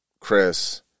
Chris